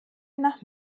nach